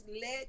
let